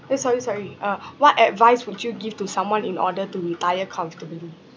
eh sorry sorry uh what advice would you give to someone in order to retire comfortably